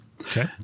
Okay